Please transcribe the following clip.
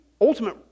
ultimate